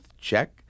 check